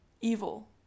evil